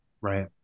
Right